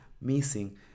missing